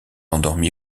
endormi